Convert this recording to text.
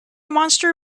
monster